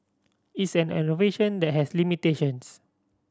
it's an innovation that has limitations